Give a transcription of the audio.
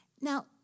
Now